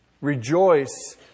Rejoice